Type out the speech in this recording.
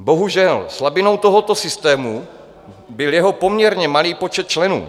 Bohužel, slabinou tohoto systému byl jeho poměrně malý počet členů.